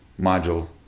Module